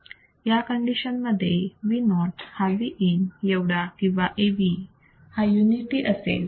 या कंडिशन मध्ये Vo हा Vin एवढा किंवा Av हा युनिटी असेल